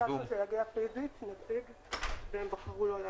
ביקשנו שיגיע פיזית נציג והם בחרו לא להגיע.